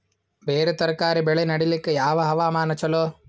ಬೇರ ತರಕಾರಿ ಬೆಳೆ ನಡಿಲಿಕ ಯಾವ ಹವಾಮಾನ ಚಲೋ?